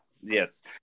Yes